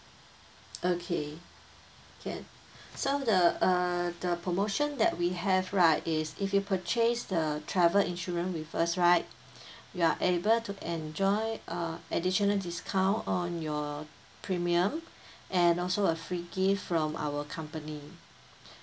okay can so the err the promotion that we have right is if you purchase the travel insurance with us right you are able to enjoy uh additional discount on your premium and also a free gift from our company